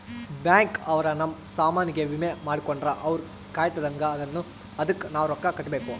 bank ಅವ್ರ ನಮ್ ಸಾಮನ್ ಗೆ ವಿಮೆ ಮಾಡ್ಕೊಂಡ್ರ ಅವ್ರ ಕಾಯ್ತ್ದಂಗ ಅದುನ್ನ ಅದುಕ್ ನವ ರೊಕ್ಕ ಕಟ್ಬೇಕು